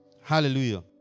Hallelujah